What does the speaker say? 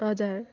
हजुर